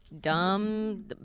Dumb